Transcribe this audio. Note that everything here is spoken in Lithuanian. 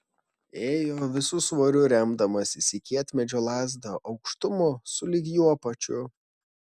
ėjo visu svoriu remdamasis į kietmedžio lazdą aukštumo sulig juo pačiu